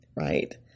Right